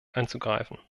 einzugreifen